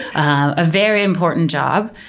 a very important job.